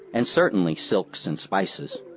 and certainly silks and spices,